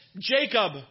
Jacob